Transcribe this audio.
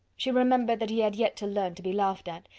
she remembered that he had yet to learn to be laughed at,